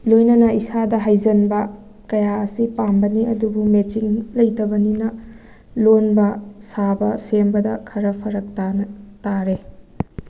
ꯂꯣꯏꯅꯅ ꯏꯁꯥꯗ ꯍꯩꯖꯟꯕ ꯀꯌꯥ ꯑꯁꯤ ꯄꯥꯝꯕꯅꯤ ꯑꯗꯨꯕꯨ ꯃꯦꯆꯤꯟ ꯂꯩꯇꯕꯅꯤꯅ ꯂꯣꯡꯕ ꯁꯥꯕ ꯁꯦꯝꯕꯗ ꯈꯔ ꯐꯔꯛ ꯇꯥꯅ ꯇꯥꯔꯦ